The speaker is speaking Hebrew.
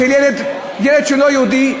שילד שהוא לא יהודי,